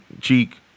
cheek